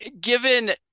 given